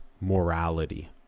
morality